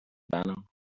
banner